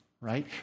right